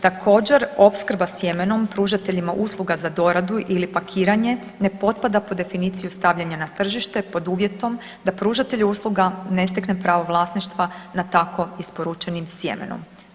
Također, opskrba sjemenom pružateljima usluga za doradu ili pakiranje, ne potpada pod definiciju stavljanja na tržište pod uvjetom da pružatelj usluga ne stekne pravo vlasništva na tako isporučenim sjemenom.